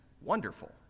wonderful